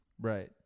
right